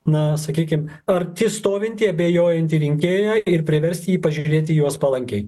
na sakykim arti stovintį abejojantį rinkėją ir priverst jį pažiūrėt į juos palankiai